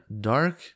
dark